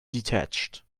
detached